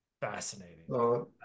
Fascinating